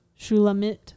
shulamit